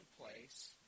place